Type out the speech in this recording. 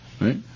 Right